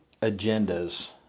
agendas